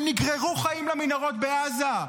הם נגררו חיים למנהרות בעזה.